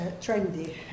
trendy